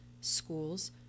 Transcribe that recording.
schools